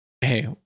hey